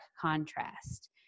contrast